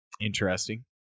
interesting